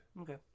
Okay